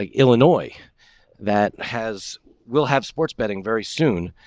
ah illinois that has will have sports betting very soon.